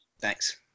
Thanks